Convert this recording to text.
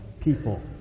people